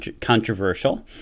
controversial